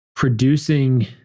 producing